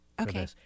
Okay